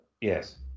Yes